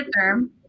term